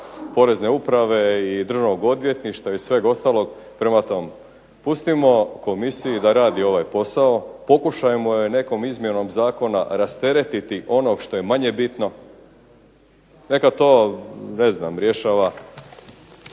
Porezne uprave i Državnog odvjetništva i sveg ostalog. Prema tom pustimo komisiji da radi ovaj posao, pokušajmo je nekom izmjenom zakona rasteretiti onog što je manje bitno, neka to rješava